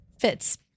fits